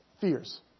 fears